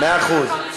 מאה אחוז.